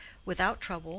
without trouble,